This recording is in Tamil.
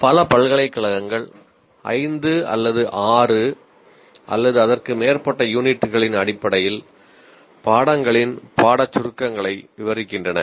பல பல்கலைக்கழகங்கள் 5 6 அல்லது அதற்கு மேற்பட்ட யூனிட்களின் அடிப்படையில் பாடங்களின் பாடச்சுருக்கங்களை விவரிக்கின்றன